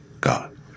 God